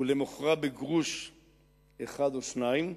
ולמוכרה בגרוש אחד או שניים,